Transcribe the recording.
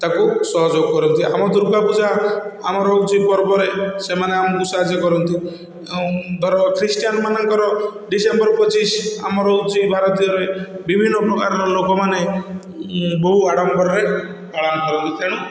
ତାକୁ ସହଯୋଗ କରନ୍ତି ଆମ ଦୁର୍ଗାପୂଜା ଆମର ହଉଛି ପର୍ବରେ ସେମାନେ ଆମକୁ ସାହାଯ୍ୟ କରନ୍ତି ଧର ଖ୍ରୀଷ୍ଟିଆନ ମାନଙ୍କର ଡିସେମ୍ବର ପଚିଶ ଆମର ହଉଛି ଭାରତୀୟରେ ବିଭିନ୍ନ ପ୍ରକାରର ଲୋକମାନେ ବହୁ ଆଡ଼ମ୍ବରରେ ପାଳନ କରନ୍ତି ତେଣୁ